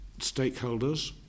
stakeholders